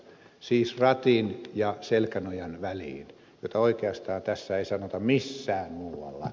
siis ratin ja selkänojan väliin jota oikeastaan tässä ei sanota missään muualla